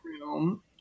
room